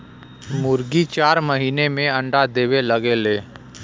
मुरगी चार महिना में अंडा देवे लगेले